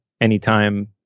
anytime